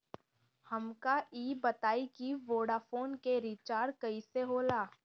हमका ई बताई कि वोडाफोन के रिचार्ज कईसे होला?